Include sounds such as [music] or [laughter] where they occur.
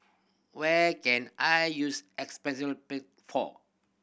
where can I use [unintelligible]